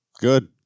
Good